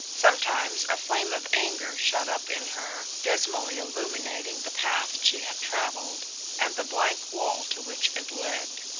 sometimes a flame of anger shot up in her, dismally illuminating the path she had travelled and the blank wall to which it led.